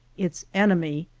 its enemy,